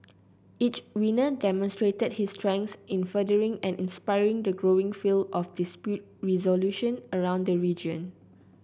each winner demonstrated his strengths in furthering and inspiring the growing field of dispute resolution around the region